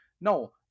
No